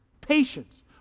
Patience